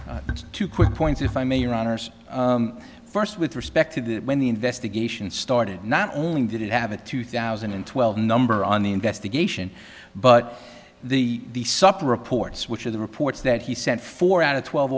it's two quick points if i may your honors first with respect to that when the investigation started not only did it have a two thousand and twelve number on the investigation but the supper reports which are the reports that he sent four out of twelve